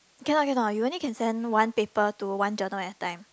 cannot cannot you only can send one paper to one journal at a time